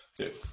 okay